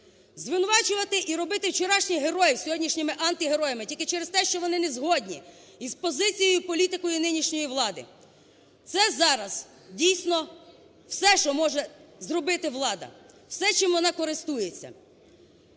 звинувачувати і робити вчорашніх герої сьогоднішніми антигероями тільки через те, що вони незгодні з позицією і політикою нинішньої влади, це зараз, дійсно, все, що може зробити влада, все, чим вона користується.